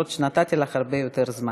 למרות שנתתי לך הרבה יותר זמן.